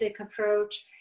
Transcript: approach